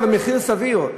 אבל מחיר סביר.